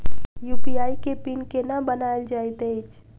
UPI केँ pin केना बनायल जाइत अछि